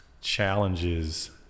challenges